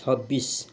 छब्बिस